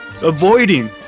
avoiding